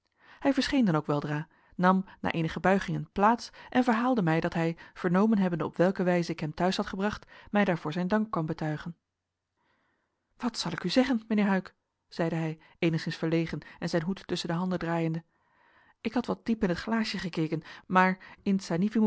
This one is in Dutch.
hij verscheen dan ook weldra nam na eenige buigingen plaats en verhaalde mij dat hij vernomen hebbende op welke wijze ik hem thuis had gebracht mij daarvoor zijn dank kwam betuigen wat zal ik u zeggen mijnheer huyck zeide hij eenigszins verlegen en zijn hoed tusschen de handen draaiende ik had wat diep in t glaasje gekeken maar